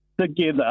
together